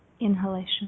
inhalation